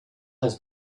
had